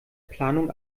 planung